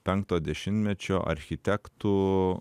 penkto dešimtmečio architektų